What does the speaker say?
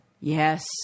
Yes